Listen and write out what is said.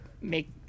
Make